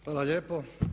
Hvala lijepo.